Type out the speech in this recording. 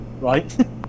right